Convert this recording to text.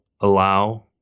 allow